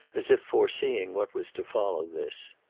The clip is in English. as if foreseeing what was to follow this.